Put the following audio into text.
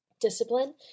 discipline